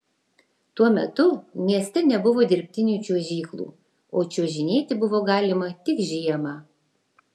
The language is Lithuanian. tuo metu mieste nebuvo dirbtinų čiuožyklų o čiuožinėti buvo galima tik žiemą